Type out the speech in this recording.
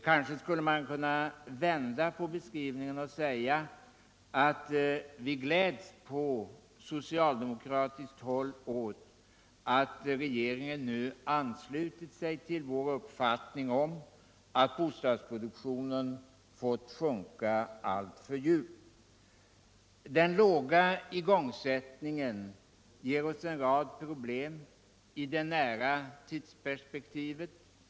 Kanske skulle man vända på beskrivningen och säga, att vi gläds på sociuldemokratiskt håll åt att regeringen nu anslutit sig till vår uppfattning om att bostadsproduktionen fått sjunka alltför djupt. Den låga igångsättningen ger oss en rad problem i det nära tidsperspektivet.